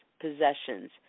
possessions